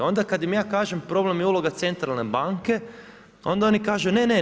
Onda kad im ja kažem problem je uloga centralne banke, onda oni kažu ne, ne, ne.